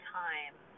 time